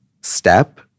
step